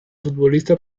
futbolista